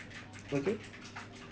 okay